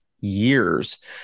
years